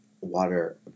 water